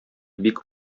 бик